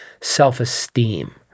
self-esteem